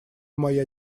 моя